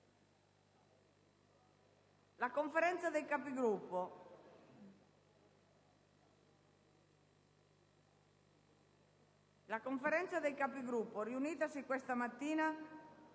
la Conferenza dei Capigruppo, riunitasi questa mattina,